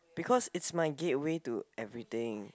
because it's my gateway to everything